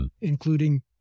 including